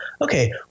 okay